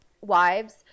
wives